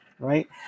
right